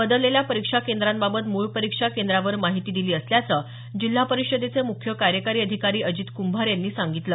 बदलेल्या परीक्षा केंद्रांबाबत मूळ परीक्षा केंद्रावर माहिती दिली असल्याचं जिल्हा परिषदेचे मुख्य कार्यकारी आधिकारी अजित कुंभार यांनी सांगितलं